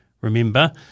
Remember